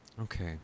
Okay